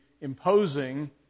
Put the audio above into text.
imposing